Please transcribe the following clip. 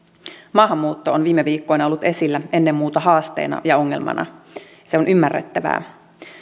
maahanmuutto on viime viikkoina ollut esillä ennen muuta haasteena ja ongelmana se on ymmärrettävää